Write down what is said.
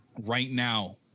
right-now